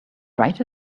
write